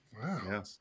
Wow